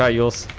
you'll